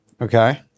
Okay